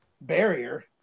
barrier